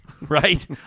right